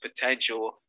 potential